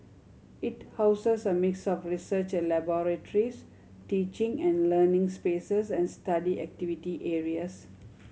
it houses a mix of research laboratories teaching and learning spaces and study activity areas